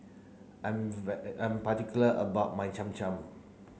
I'm I'm particular about my Cham Cham